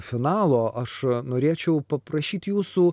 finalo aš norėčiau paprašyt jūsų